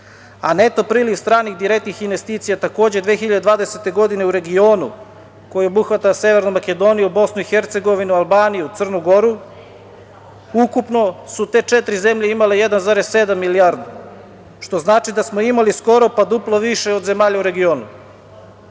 a neto priliv stranih direktnih investicija takođe 2020. godine u regionu koji obuhvata Severnu Makedoniju, BiH, Albaniju, Crnu Goru, ukupno su te četiri zemlje imale 1,7 milijardi, što znači da smo imali skoro duplo više od zemalja u regionu. Javni